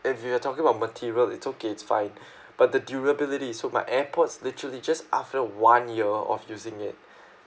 if you are talking about material it's okay it's fine but the durability so my airpods literally just after one year of using it